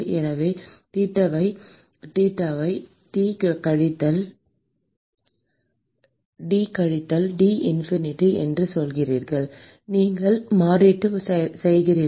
எனவே தீட்டாவை டி கழித்தல் டி இன்ஃபினிட்டி என்று சொல்கிறீர்கள் நீங்கள் மாற்றீடு செய்கிறீர்கள்